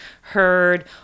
heard